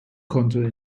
konnte